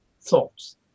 thoughts